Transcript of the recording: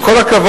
עם כל הכבוד,